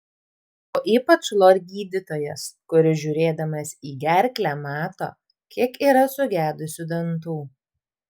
o ypač lor gydytojas kuris žiūrėdamas į gerklę mato kiek yra sugedusių dantų